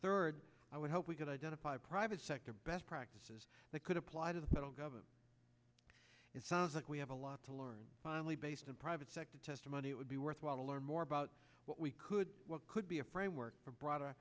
third i would hope we could identify private sector best practices that could apply to the federal government it sounds like we have a lot to learn finally based on private sector testimony it would be worthwhile to learn more about what we could what could be a framework for broader